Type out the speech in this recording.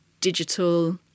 Digital